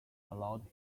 allowed